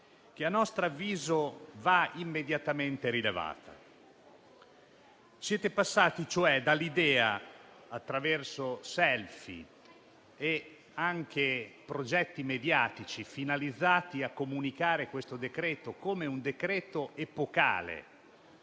che - a nostro avviso - va immediatamente rilevato. Siete passati, cioè, dall'idea, attraverso *selfie* e progetti mediatici, finalizzata a comunicare questo come un decreto epocale